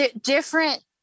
different